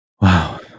Wow